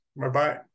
Bye-bye